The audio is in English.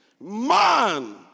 man